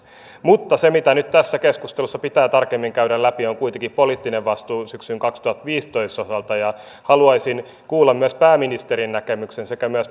mutta se mitä nyt tässä keskustelussa pitää tarkemmin käydä läpi on kuitenkin poliittinen vastuu syksyn kaksituhattaviisitoista osalta ja haluaisin kuulla pääministerin näkemyksen sekä